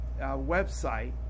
website